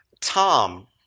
Tom